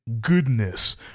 goodness